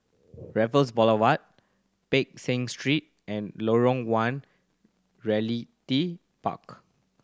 Raffles Boulevard Peck Seah Street and Lorong One Realty Park